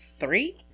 Three